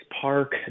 park